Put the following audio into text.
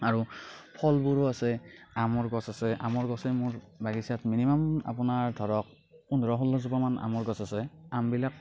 আৰু ফলবোৰো আছে আমৰ গছ আছে আমৰ গছে মোৰ বাগিচাত মিনিমাম আপোনাৰ ধৰক পোন্ধৰ ষোল্ল জোপামান আমৰ গছ আছে আমবিলাক